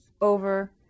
over